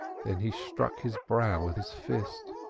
then he struck his brow with his fist.